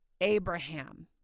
Abraham